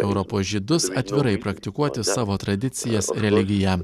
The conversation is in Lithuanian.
europos žydus atvirai praktikuoti savo tradicijas religiją